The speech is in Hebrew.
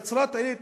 נצרת-עילית,